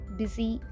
busy